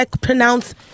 pronounce